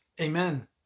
Amen